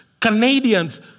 Canadians